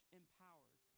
empowered